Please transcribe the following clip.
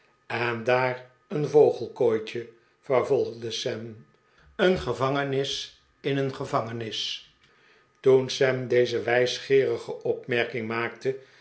en daar een vogelkooitje vervolgde sam een gevangenis in een gevangenis toen sam deze wijsgeerige opmerking maakte